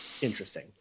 interesting